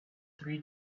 three